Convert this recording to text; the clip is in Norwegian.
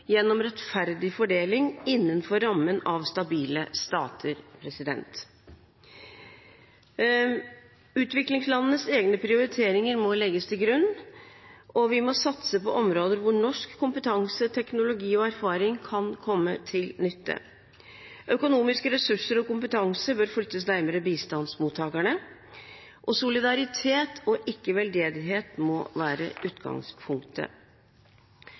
gjennom rettferdig fordeling innenfor rammen av stabile stater. Utviklingslandenes egne prioriteringer må legges til grunn, og vi må satse på områder der norsk kompetanse, teknologi og erfaring kan komme til nytte. Økonomiske ressurser og kompetanse bør flyttes nærmere bistandsmottakerne. Solidaritet, ikke veldedighet, må være utgangspunktet.